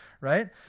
right